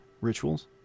rituals